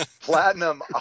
platinum